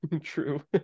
true